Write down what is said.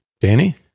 Danny